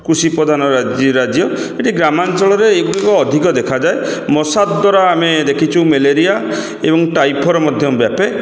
କୁଷି ପ୍ରଧାନ ରାଜ୍ୟ ରାଜ୍ୟ ଏଠି ଗ୍ରାମାଞ୍ଚଳରେ ଏଗୁଡ଼ିକ ଅଧିକ ଦେଖାଯାଏ ମଶା ଦ୍ୱାରା ଆମେ ଦେଖିଛୁ ମେଲେରିଆ ଏବଂ ଟାଇଫଏଡ଼୍ ମଧ୍ୟ ବ୍ୟାପେ